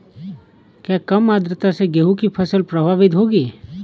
क्या कम आर्द्रता से गेहूँ की फसल प्रभावित होगी?